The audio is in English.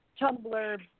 Tumblr